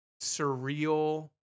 surreal